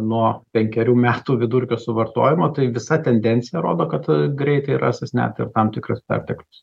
nuo penkerių metų vidurkio suvartojamo tai visa tendencija rodo kad greitai rastas net tam tikras perteklius